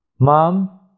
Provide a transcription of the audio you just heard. Mom